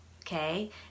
Okay